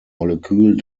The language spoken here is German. molekül